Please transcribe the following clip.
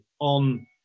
on